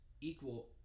equal